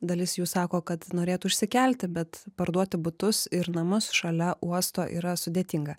dalis jų sako kad norėtų išsikelti bet parduoti butus ir namus šalia uosto yra sudėtinga